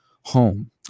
home